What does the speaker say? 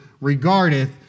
regardeth